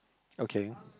okay